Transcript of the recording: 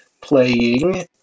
playing